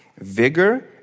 vigor